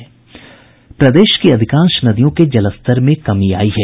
प्रदेश की अधिकांश नदियों के जलस्तर में कमी आयी है